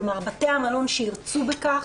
כלומר, בתי המלון שירצו בכך,